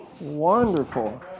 Wonderful